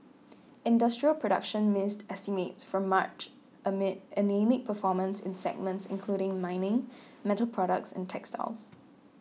industrial production missed estimates for March amid anaemic performance in segments including mining metal products and textiles